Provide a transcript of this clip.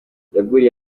yaguriye